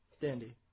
Dandy